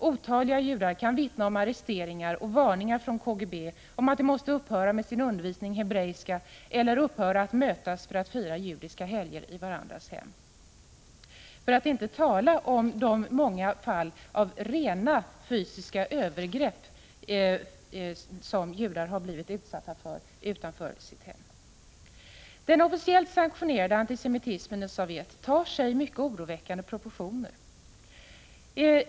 Otaliga judar kan vittna om arresteringar och varningar från KGB om att de måste upphöra med sin undervisning i hebreiska, eller sina möten för att fira judiska helger i varandras hem -— för att inte tala om de många fall av rena fysiska övergrepp som judar har blivit utsatta för utanför sina hem. Den officiellt sanktionerade antisemitismen i Sovjet får mycket oroväckande proportioner.